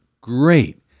Great